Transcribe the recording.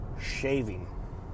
shaving